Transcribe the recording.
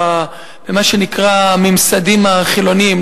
במה שנקרא הממסדים החילוניים,